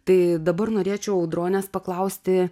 tai dabar norėčiau audronės paklausti